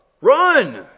run